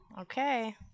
Okay